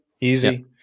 easy